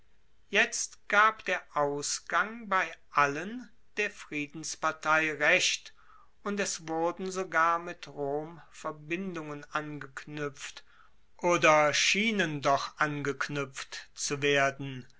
jetzt gab der ausgang bei allen der friedenspartei recht und es wurden sogar mit rom verbindungen angeknuepft oder schienen doch angeknuepft zu werden